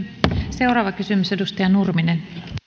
seuraava kysymys edustaja nurminen